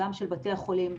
גם של בתי החולים,